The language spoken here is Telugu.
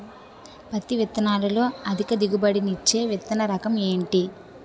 పత్తి విత్తనాలతో అధిక దిగుబడి నిచ్చే విత్తన రకం ఏంటి?